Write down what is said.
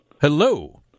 Hello